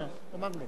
אדוני היושב-ראש,